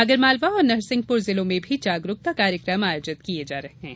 आगरमालवा और नरसिंहपुर जिलों में भी जागरूकता कार्यक्रम आयोजित किये जा रहे हैं